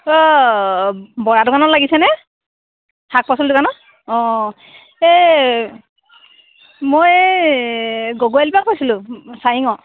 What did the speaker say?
অ' বৰা দোকানত লাগিছে নে শাক পাচলি দোকানত অ' এই মই এই গগৈ আলি পা কৈছিলোঁ চাৰিঙৰ